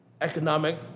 economic